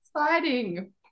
Exciting